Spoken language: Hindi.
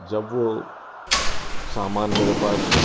जब वह सामान मेरे पास